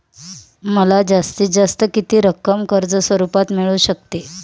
मला जास्तीत जास्त किती रक्कम कर्ज स्वरूपात मिळू शकते?